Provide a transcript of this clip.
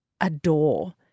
adore